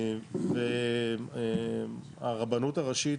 והרבנות הראשית,